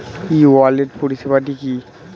ই wallet পরিষেবাটি কি?